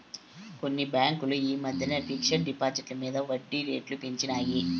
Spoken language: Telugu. కొన్ని బాంకులు ఈ మద్దెన ఫిక్స్ డ్ డిపాజిట్ల మింద ఒడ్జీ రేట్లు పెంచినాయి